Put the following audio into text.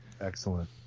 Excellent